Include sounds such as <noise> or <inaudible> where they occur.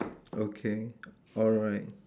<noise> okay alright